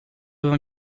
vingt